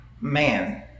Man